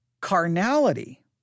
Carnality